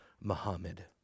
Muhammad